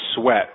sweat